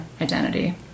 identity